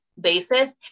basis